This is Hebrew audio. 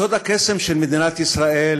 סוד הקסם של מדינת ישראל,